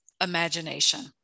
imagination